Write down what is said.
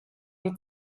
die